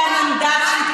והחברים שלכם, הפריווילגיים?